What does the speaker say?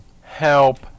help